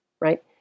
right